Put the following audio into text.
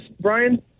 Brian